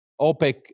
OPEC